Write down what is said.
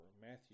Matthew